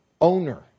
owner